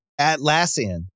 Atlassian